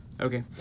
Okay